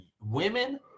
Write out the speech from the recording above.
women